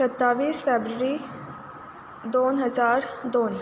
सत्तावीस फेब्रुरी दोन हजार दोन